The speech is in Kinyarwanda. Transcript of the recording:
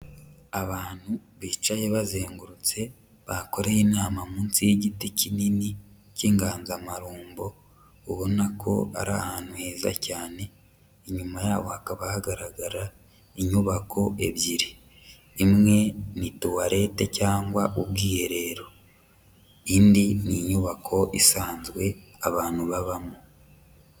Abantu bicaye bazengurutse bakoreye inama munsi y'igiti kinini cy'inganzamarumbo, ubona ko ari ahantu heza cyane, inyuma yabo hakaba hagaragara inyubako ebyiri. Imwe ni tuwarete cyangwa ubwiherero. Indi ni inyubako isanzwe abantu babamo.